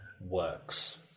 works